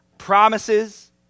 Promises